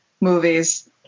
movies